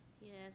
Yes